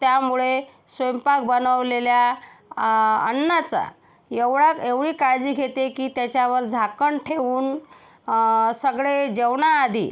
त्यामुळे स्वयंपाक बनवलेल्या अन्नाचा एवढा एवढी काळजी घेते की त्याच्यावर झाकण ठेवून सगळे जेवणाआधी